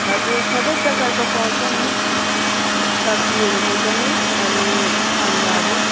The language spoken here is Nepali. हजुर सबै प्रकारको पाउँछ नि सब्जीहरूको पनि अनि अन्नहरू